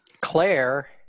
Claire